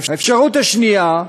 האפשרות השנייה,